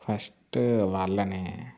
first వాళ్ళని